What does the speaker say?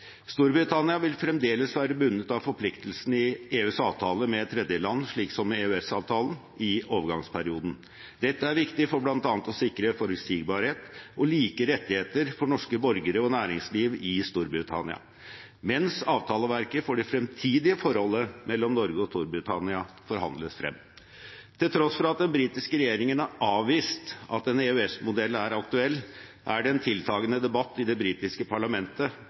Storbritannia vil fremdeles være bundet av forpliktelsene i EUs avtaler med tredjeland, slik som EØS-avtalen, i overgangsperioden. Dette er viktig for bl.a. å sikre forutsigbarhet og like rettigheter for norske borgere og næringsliv i Storbritannia, mens avtaleverket for det fremtidige forholdet mellom Norge og Storbritannia forhandles frem. Til tross for at den britiske regjeringen har avvist at en EØS-modell er aktuell, er det en tiltagende debatt i det britiske parlamentet